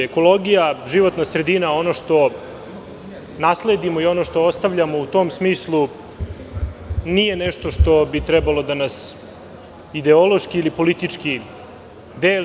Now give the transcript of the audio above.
Ekologija, životna sredina, ono što nasledimo i ono što ostavljamo u tom smislu nije nešto što bi trebalo da nas ideološki ili politički deli.